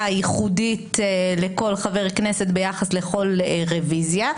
ייחודית לכל חבר כנסת ביחס לכל רוויזיה.